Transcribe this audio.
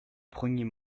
premier